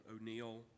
O'Neill